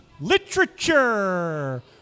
Literature